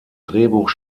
drehbuch